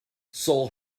seoul